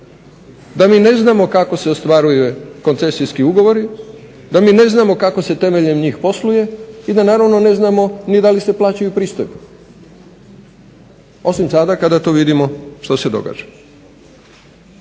Da mi ne znamo kako se ostvaruje koncesijski ugovori, da mi ne znamo kako se temeljem njih posluje i da naravno ne znamo ni da li se plaćaju pristojbe osim sada kada to vidimo što se događa.